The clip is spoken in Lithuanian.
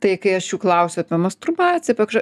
tai kai aš jų klausiu apie masturbaciją apie kažko